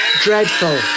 Dreadful